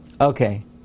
Okay